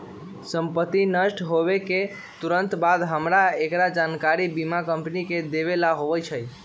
संपत्ति नष्ट होवे के तुरंत बाद हमरा एकरा जानकारी बीमा कंपनी के देवे ला होबा हई